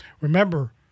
Remember